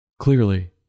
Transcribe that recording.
Clearly